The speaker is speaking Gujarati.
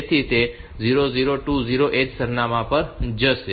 તેથી તે 0020h સરનામાં પર જશે